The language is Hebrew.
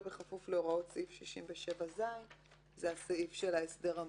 בכפוף להוראות סעיף 67ז שזה הסעיף של ההסדר המותנה.